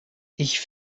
ich